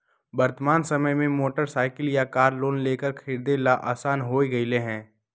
वर्तमान समय में मोटर साईकिल या कार लोन लेकर खरीदे ला आसान हो गयले है